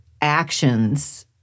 actions